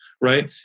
right